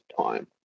time